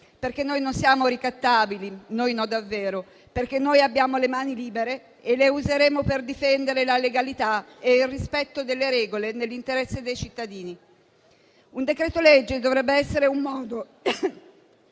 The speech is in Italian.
Noi non siamo ricattabili, noi no davvero. Noi abbiamo le mani libere e le useremo per difendere la legalità e il rispetto delle regole nell'interesse dei cittadini. Un decreto-legge dovrebbe essere un modo